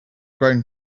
grown